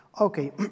Okay